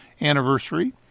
anniversary